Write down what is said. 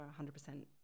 100%